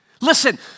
listen